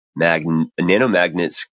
nanomagnets